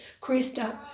Krista